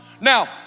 Now